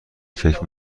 فکر